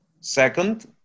Second